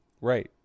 Right